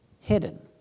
hidden